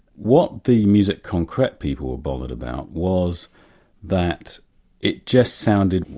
what the musique concrete people are bothered about was that it just sounded,